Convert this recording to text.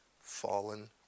fallen